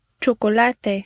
chocolate